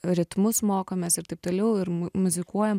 ritmus mokomės ir taip taliau ir mu muzikuojam